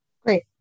Great